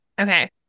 Okay